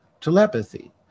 telepathy